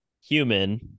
Human